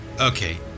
okay